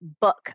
book